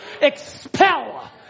Expel